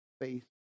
faith